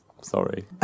Sorry